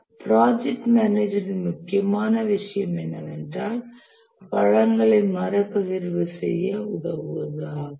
project மேனேஜரின் முக்கியமான விஷயம் என்னவென்றால் வளங்களை மறுபகிர்வு செய்ய உதவுவது ஆகும்